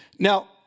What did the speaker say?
Now